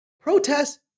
protests